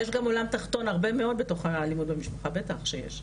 יש גם עולם תחתון הרבה מאוד בתוך אלימות במשפחה בטח שיש.